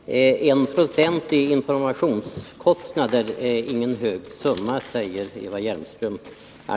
Fru talman! Att ha 1 96 i informationskostnader är inte mycket, säger Eva Hjelmström.